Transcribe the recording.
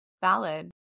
Valid